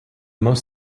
most